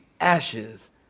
ashes